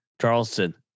Charleston